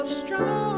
strong